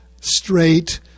straight